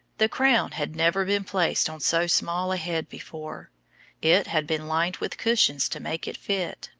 the crown had never been placed on so small a head before it had been lined with cushions to make it fit.